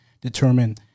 determine